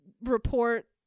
report